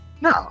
No